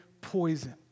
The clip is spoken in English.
poison